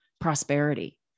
prosperity